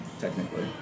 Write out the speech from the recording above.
technically